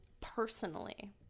personally